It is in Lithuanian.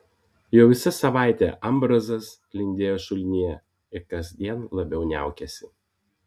jau visa savaitė ambrazas lindėjo šulinyje ir kasdien labiau niaukėsi